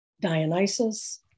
Dionysus